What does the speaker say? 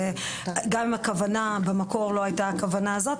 גם אם הכוונה במקור הכוונה הזאת,